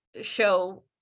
show